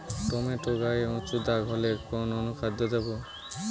Tomato গায়ে উচু দাগ হলে কোন অনুখাদ্য দেবো?